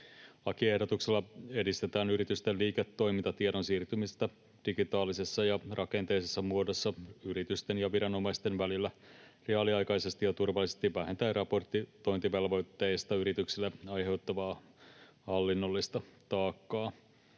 Lakiehdotuksella edistetään yritysten liiketoimintatiedon siirtymistä digitaalisessa ja rakenteisessa muodossa yritysten ja viranomaisten välillä reaaliaikaisesti ja turvallisesti vähentäen raportointivelvoitteista yrityksille aiheutuvaa hallinnollista taakkaa.